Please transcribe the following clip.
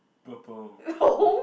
purple